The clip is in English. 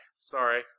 Sorry